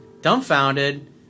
Dumbfounded